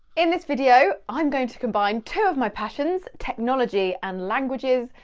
in this video, i'm going to combine two of my passions, technology and languages,